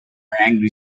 angry